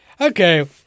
okay